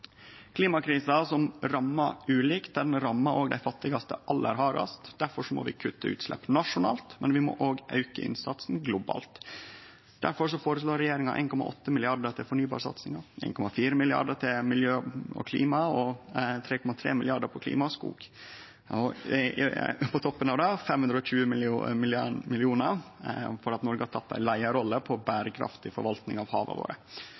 Klimakrisa, som rammar ulikt, rammar òg dei fattigaste aller hardast. Difor må vi kutte utslepp nasjonalt, men vi må òg auke innsatsen globalt. Difor føreslår regjeringa 1,8 mrd. kr til fornybarsatsinga, 1,4 mrd. kr til miljø og klima og 3,3 mrd. kr til klima og skog, og på toppen av det: 520 mill. kr for at Noreg har teke ei leiarrolle når det gjeld berekraftig forvalting av hava våre.